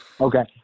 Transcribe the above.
Okay